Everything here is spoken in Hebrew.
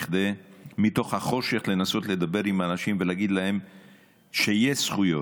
כדי לנסות לדבר עם אנשים מתוך החושך ולהגיד להם שיש זכויות,